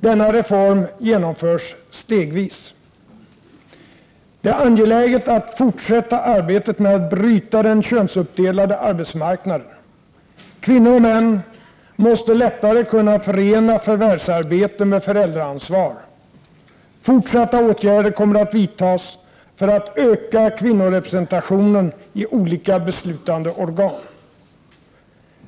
Denna reform genomförs stegvis. Det är angeläget att fortsätta arbetet med att bryta den könsuppdelade arbetsmarknaden. Kvinnor och män måste lättare kunna förena förvärvsarbete med föräldraansvar. Fortsatta åtgärder kommer att vidtas för att öka kvinnorepresentationen i olika beslutande organ.